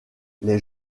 les